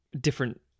different